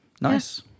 Nice